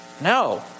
No